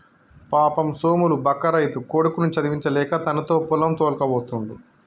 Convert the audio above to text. పాపం సోములు బక్క రైతు కొడుకుని చదివించలేక తనతో పొలం తోల్కపోతుండు